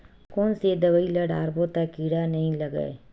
कोन से दवाई ल डारबो त कीड़ा नहीं लगय?